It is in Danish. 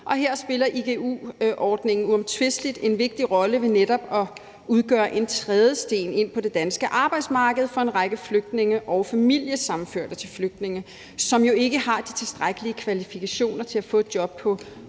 Her spiller igu-ordningen uomtvisteligt en vigtig rolle ved netop at udgøre en trædesten ind på det danske arbejdsmarked for en række flygtninge og familiesammenførte til flygtninge, som jo ikke har de tilstrækkelige kvalifikationer til at få et job på ordinære